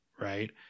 right